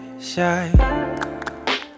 shy